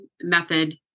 method